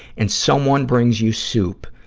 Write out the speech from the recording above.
and someone brings you soup.